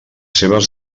seves